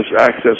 access